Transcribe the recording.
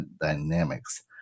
dynamics